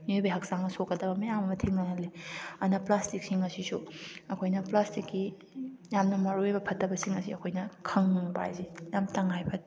ꯃꯤꯑꯣꯏꯕꯩ ꯍꯛꯆꯥꯡꯗ ꯁꯣꯛꯀꯗꯕ ꯃꯌꯥꯝ ꯑꯃ ꯊꯦꯡꯅꯍꯜꯂꯤ ꯑꯗꯨꯅ ꯄ꯭ꯂꯥꯁꯇꯤꯛꯁꯤꯡ ꯑꯁꯤꯁꯨ ꯑꯩꯈꯣꯏꯅ ꯄ꯭ꯂꯥꯁꯇꯤꯛꯀꯤ ꯌꯥꯝꯅ ꯃꯔꯨ ꯑꯣꯏꯕ ꯐꯠꯇꯕꯁꯤꯡ ꯑꯁꯤ ꯑꯩꯈꯣꯏꯅ ꯈꯪꯕ ꯍꯥꯏꯕꯁꯤ ꯌꯥꯝ ꯇꯉꯥꯏ ꯐꯗꯦ